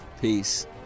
peace